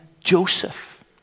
Joseph